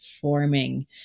forming